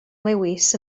lewis